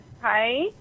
Hi